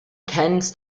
tends